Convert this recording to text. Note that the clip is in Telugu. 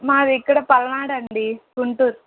మాది ఇక్కడ పల్నాడు అండి గుంటూరు